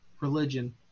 religion